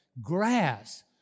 grass